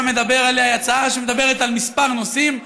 מדבר עליה היא הצעה שמדברת על כמה נושאים,